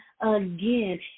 again